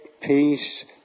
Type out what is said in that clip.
peace